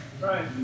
Right